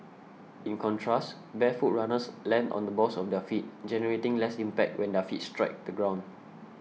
in contrast barefoot runners land on the balls of their feet generating less impact when their feet strike the ground